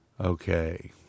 Okay